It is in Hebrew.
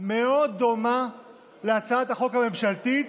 מאוד דומה להצעת החוק הממשלתית,